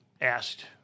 asked